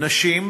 נשים,